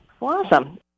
Awesome